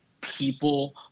people